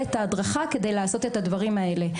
את ההדרכה כדי לעשות את הדברים האלה.